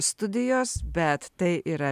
studijos bet tai yra